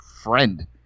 friend